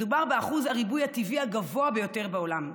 מדובר באחוז הריבוי הטבעי הגבוה ביותר בעולם.